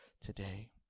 today